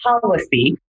policy